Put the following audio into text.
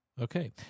Okay